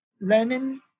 Lenin